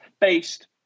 based